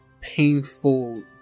painful